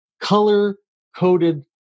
color-coded